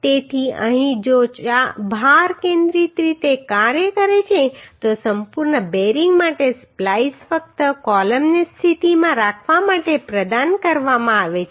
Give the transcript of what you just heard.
તેથી અહીં જો ભાર કેન્દ્રિત રીતે કાર્ય કરે છે તો સંપૂર્ણ બેરિંગ માટે સ્પ્લાઈસ ફક્ત કૉલમને સ્થિતિમાં રાખવા માટે પ્રદાન કરવામાં આવે છે